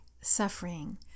suffering